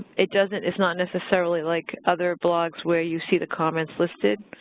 it doesn't it's not necessarily like other blogs where you see the comments listed.